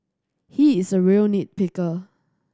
he is a real nit picker